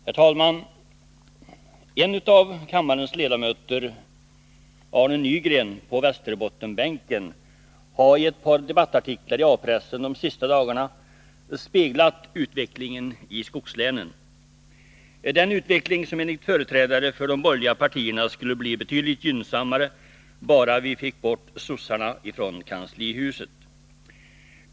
Herr talman! En av kammarens ledamöter, Arne Nygren på Västerbottensbänken, har i ett par debattartiklar i A-pressen de senaste dagarna speglat utvecklingen i skogslänen; den utveckling som enligt företrädare för de borgerliga partierna skulle bli betydligt gynnsammare bara vi fick bort sossarna från kanslihuset.